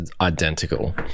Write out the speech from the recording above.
identical